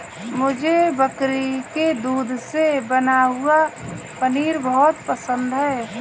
मुझे बकरी के दूध से बना हुआ पनीर बहुत पसंद है